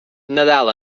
nadal